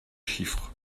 chiffres